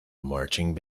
marching